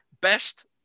best